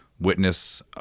witness